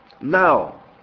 Now